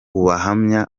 ubuhamya